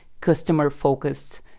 customer-focused